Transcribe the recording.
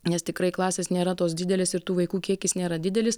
nes tikrai klasės nėra tos didelės ir tų vaikų kiekis nėra didelis